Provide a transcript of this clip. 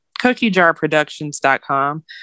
CookieJarProductions.com